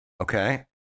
Okay